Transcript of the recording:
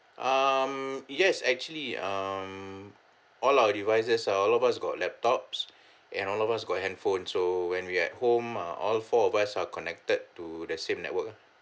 um yes actually um all our devices all of us got laptops and all of us got handphone so when we at home uh all four of us are connected to the same network ah